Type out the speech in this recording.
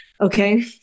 Okay